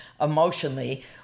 emotionally